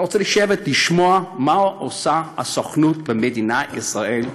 אתה רוצה לשבת לשמוע מה עושה הסוכנות במדינת ישראל?